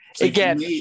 Again